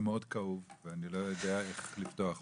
מאוד כאוב ואני לא יודע איך לפתוח אותו.